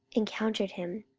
encountered him.